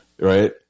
right